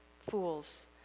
fools